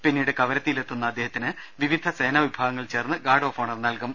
പിന്നീട് കവരത്തിയിൽ എത്തുന്ന അദ്ദേഹത്തിന് വിവിധ സേനാ വിഭാഗങ്ങൾ ചേർന്ന് ഗാർഡ് ഓഫ് ഓണർ നൽകും